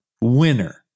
winner